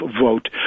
vote